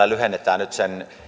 lyhennetään nyt sen